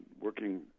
working